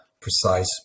precise